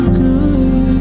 good